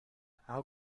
how